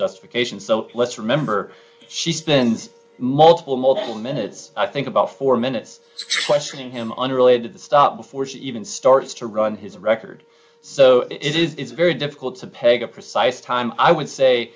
justification so let's remember she spends multiple multiple minutes i think about four minutes questioning him unrelated to the stop before she even starts to run his record so it is very difficult to peg a precise time i would say